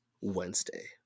Wednesday